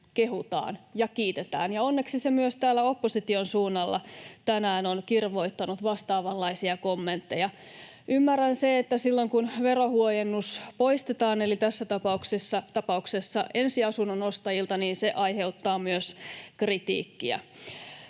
kehutaan ja kiitetään. Ja onneksi se myös opposition suunnalla tänään on kirvoittanut vastaavanlaisia kommentteja. Ymmärrän sen, että silloin, kun verohuojennus poistetaan — tässä tapauksessa ensiasunnon ostajilta — se aiheuttaa myös kritiikkiä.